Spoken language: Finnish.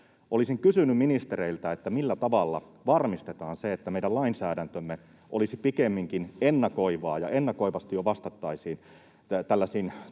Olisin kysynyt ministereiltä: millä tavalla varmistetaan, että meidän lainsäädäntömme olisi pikemminkin ennakoivaa ja että ennakoivasti jo vastattaisiin tällaisiin